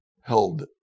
held